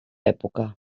època